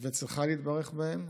וצריכה להתברך בהם.